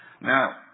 Now